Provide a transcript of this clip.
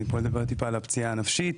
אני אדבר טיפה על הפציעה הנפשית.